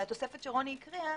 שהיא הקריאה,